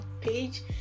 page